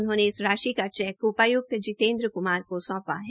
उन्होंने इस राशि का चैक उपाय्कत जितेन्द्र क्ंमार को सौंपा है